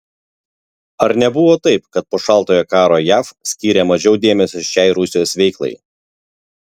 ar nebuvo taip kad po šaltojo karo jav skyrė mažiau dėmesio šiai rusijos veiklai